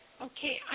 Okay